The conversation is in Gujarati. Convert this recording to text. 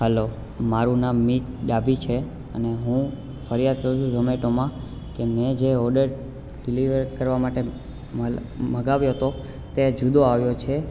હાલો મારું નામ મીત ડાભી છે અને હું ફરિયાદ કરું છું જોમેટોમાં કે મેં જે ઓડર ડિલિવર કરવા માટે મંગાવ્યો તો તે જુદો આવ્યો છે